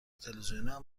تلویزیونم